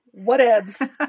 Whatevs